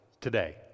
today